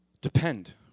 Depend